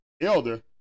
Elder